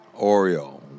Oreo